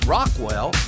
Rockwell